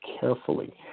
carefully